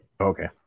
Okay